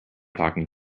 talking